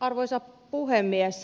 arvoisa puhemies